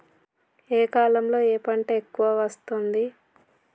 ఏ కాలంలో ఏ పంట ఎక్కువ వస్తోంది?